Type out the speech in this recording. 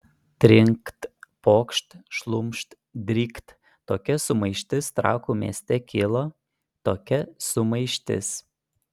trinkt pokšt šlumšt drykt tokia sumaištis trakų mieste kilo tokia sumaištis